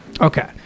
Okay